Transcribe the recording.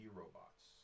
robots